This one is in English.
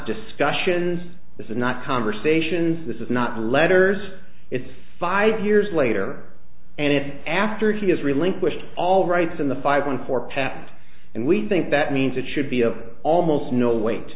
discussions this is not conversations this is not letters it's five years later and after he has relinquished all rights in the five one for pat and we think that means it should be of almost no weight